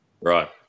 Right